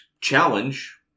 challenge